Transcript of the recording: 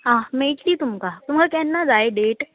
आं मेळटली तुमकां तुमकां केन्ना जाय डेट